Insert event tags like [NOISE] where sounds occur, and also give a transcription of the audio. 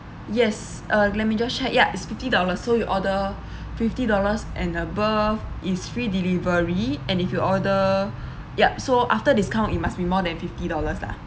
yes uh let me just check ya it's fifty dollars so you order [BREATH] fifty dollars and above is free delivery and if you order [BREATH] ya so after discount it must be more than fifty dollars lah